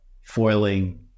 foiling